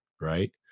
right